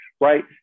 right